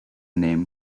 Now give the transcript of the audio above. name